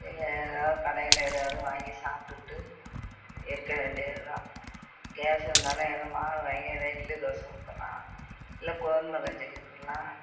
ஏதோ கடையில் ஏதாவது வாங்கி சாப்பிட்டுக்கிட்டு இருக்க வேண்டியதுதான் கேஸு இருந்தாலும் ஏதோ மாவு வாங்கி ஏதோ இட்லி தோசை ஊற்றலாம் இல்லை கோதுமை கஞ்சி கிண்டலாம்